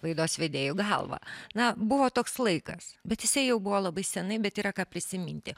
laidos vedėjų galvą na buvo toks laikas bet jisai jau buvo labai seniai bet yra ką prisiminti